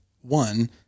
one